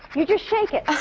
you just shake it.